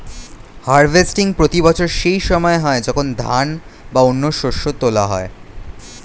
harvesting প্রতি বছর সেই সময় হয় যখন ধান বা অন্য শস্য তোলা হয়